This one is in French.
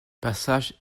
passage